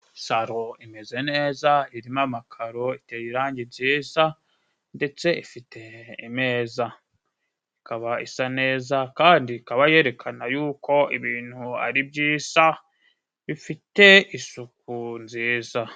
Salo imeze neza irimo amakaro iteye irangi nziza. ndetse ifite imeza. Ikaba isa neza kandi ikaba yerekana yuko ibintu ari byiza bifite isuku nziza.